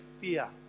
fear